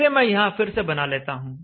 इसे मैं यहाँ फिर से बना लेता हूं